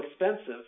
expensive